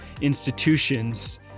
institutions